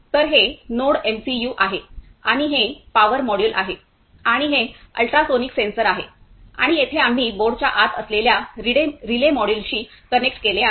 तर हे नोडएमसीयू आहे आणि हे पॉवर मॉड्यूल आहे आणि हे अल्ट्रासोनिक सेन्सर आहे आणि येथे आम्ही बोर्डच्या आत असलेल्या रिले मॉड्यूलशी कनेक्ट केले आहे